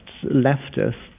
leftists